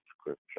scripture